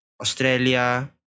Australia